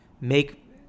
make